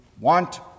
want